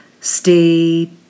stay